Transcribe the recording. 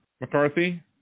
McCarthy